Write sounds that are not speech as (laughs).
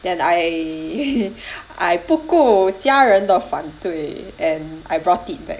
then I (laughs) I 不顾家人的反对 and I brought it back